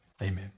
Amen